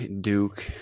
duke